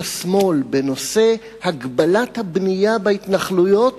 השמאל בנושא הגבלת הבנייה בהתנחלויות,